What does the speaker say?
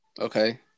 Okay